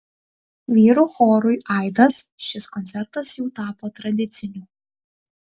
vyrų chorui aidas šis koncertas jau tapo tradiciniu